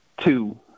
Two